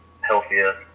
healthier